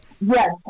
Yes